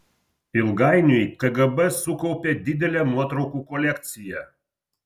ilgainiui kgb sukaupė didelę nuotraukų kolekciją